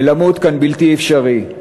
ולמות כאן בלתי אפשרי.